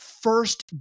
first